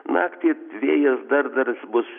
naktį vėjas dar dar jis bus